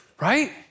right